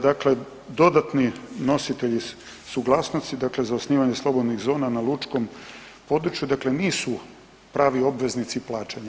Dakle, dodatni nositelji suglasnosti dakle za osnivanje slobodnih zona na lučkom području dakle nisu pravi obveznici plaćanja.